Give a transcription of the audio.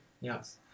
yes